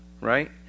right